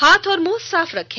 हाथ और मुंह साफ रखें